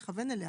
מכוון אליה.